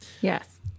Yes